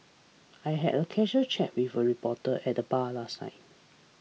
I had a casual chat with a reporter at the bar last night